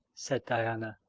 said diana.